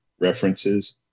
references